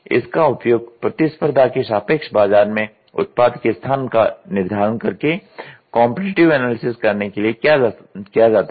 इसका उपयोग प्रतिस्पर्धा के सापेक्ष बाजार में उत्पाद के स्थान का निर्धारण करके कॉम्पिटिटिव एनालिसिस करने के लिए किया जाता है